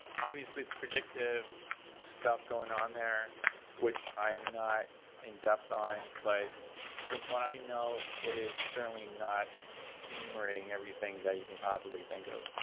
obviously, predictive stuff going on there which i'm not in depth on. from what i know, it is certainly not enumerating everything that you can possibly think of.